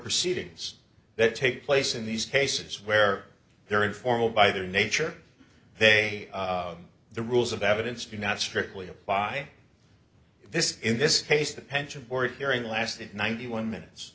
proceedings that take place in these cases where there informal by their nature they are the rules of evidence you're not strictly by this in this case the penchant for hearing lasted ninety one minutes